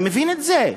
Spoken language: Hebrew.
אני מבין את זה,